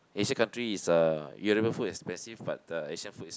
Asian country is uh European food expensive but uh Asian food is